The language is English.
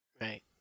Right